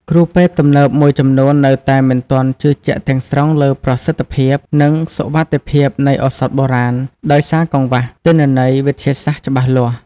គ្រូពេទ្យទំនើបមួយចំនួននៅតែមិនទាន់ជឿជាក់ទាំងស្រុងលើប្រសិទ្ធភាព និងសុវត្ថិភាពនៃឱសថបុរាណ ដោយសារកង្វះទិន្នន័យវិទ្យាសាស្ត្រច្បាស់លាស់។